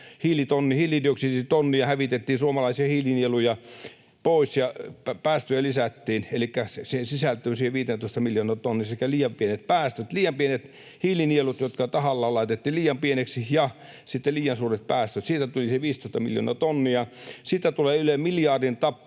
hiilidioksiditonnia hävitettiin suomalaisia hiilinieluja pois ja päästöjä lisättiin. Elikkä siihen 15 miljoonaan tonniin sisältyvät liian pienet päästöt, liian pienet hiilinielut, jotka tahallaan laitettiin liian pieniksi, ja sitten liian suuret päästöt. Siitä tuli se 15 miljoonaa tonnia. Siitä tulee yli miljardin tappio